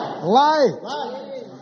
Light